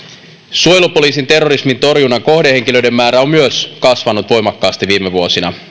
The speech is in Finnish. suojelupoliisin terrorismintorjunnan kohdehenkilöiden määrä on myös kasvanut voimakkaasti viime vuosina